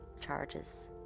charges